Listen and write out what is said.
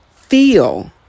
Feel